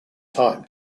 time